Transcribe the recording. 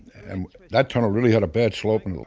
and that tunnel really had a bad slope in